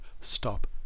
stop